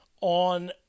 on